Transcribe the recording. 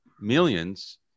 millions